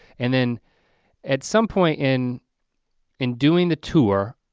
and then at some point in in doing the tour.